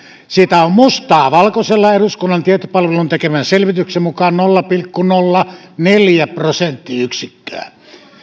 siitä on mustaa valkoisella eduskunnan tietopalvelun tekemän selvityksen mukaan nolla pilkku nolla neljä prosenttiyksikköä